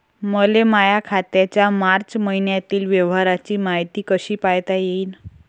मले माया खात्याच्या मार्च मईन्यातील व्यवहाराची मायती कशी पायता येईन?